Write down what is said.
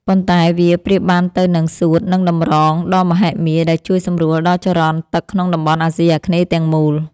ប៉ុន្តែវាប្រៀបបានទៅនឹង សួត និង តម្រង ដ៏មហិមាដែលជួយសម្រួលដល់ចរន្តទឹកក្នុងតំបន់អាស៊ីអាគ្នេយ៍ទាំងមូល។